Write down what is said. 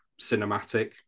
cinematic